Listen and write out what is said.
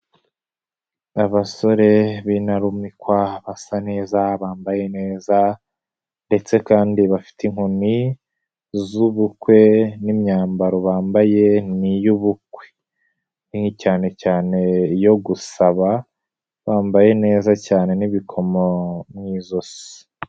basore b'intarumikwa basa neza bambaye neza ndetse kandi bafite inkoni z'ubukwe n'imyambaro bambaye ni iy'ubukwe cyane cyane yo gusaba bambaye neza cyane n'ibikomo mu ijosi.